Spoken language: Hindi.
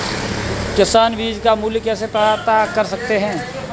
किसान बीज का मूल्य कैसे पता कर सकते हैं?